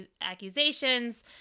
accusations